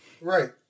Right